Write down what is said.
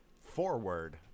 Forward